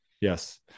Yes